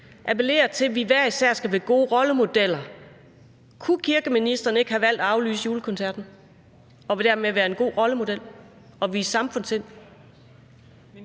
appellere til, at vi hver især skal være gode rollemodeller. Kunne kirkeministeren ikke havde valgt at aflyse julekoncerten og dermed være en god rollemodel og vise samfundssind?